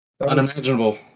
unimaginable